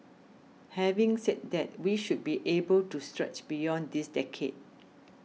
having said that we should be able to stretch beyond this decade